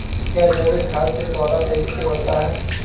क्या जैविक खाद से पौधा तेजी से बढ़ता है?